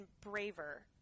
braver